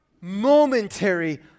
momentary